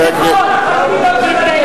כביכול לחרדים לא צריך לתת.